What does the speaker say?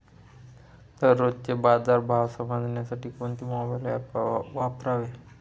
दररोजचे बाजार भाव समजण्यासाठी कोणते मोबाईल ॲप वापरावे?